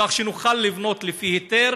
כך שנוכל לבנות לפי היתר,